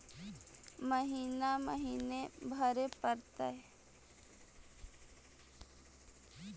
महिना महिना भरे परतैय?